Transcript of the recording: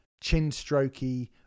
chin-strokey